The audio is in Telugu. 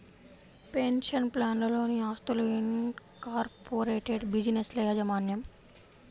పెన్షన్ ప్లాన్లలోని ఆస్తులు, ఇన్కార్పొరేటెడ్ బిజినెస్ల యాజమాన్యం